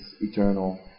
eternal